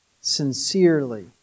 Sincerely